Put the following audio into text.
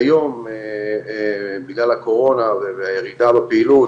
כיום בגלל הקורונה והירידה בפעילות,